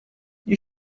you